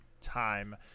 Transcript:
time